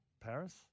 Paris